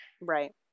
right